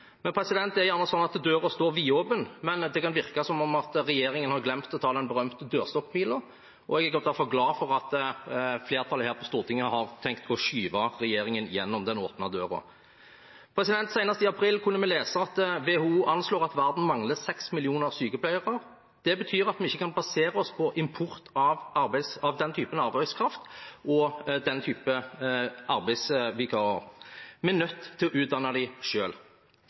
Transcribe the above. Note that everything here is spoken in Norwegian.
Det er gjerne sånn at døren står vidåpen, men det kan virke som om regjeringen har glemt å ta den berømte dørstokkmila. Jeg er derfor glad for at flertallet på Stortinget har tenkt å skyve regjeringen gjennom den åpne døren. Senest i april kunne vi lese at WHO anslår at verden mangler seks millioner sykepleiere. Det betyr at vi ikke kan basere oss på import av den typen arbeidskraft og arbeidsvikarer, vi er nødt til å utdanne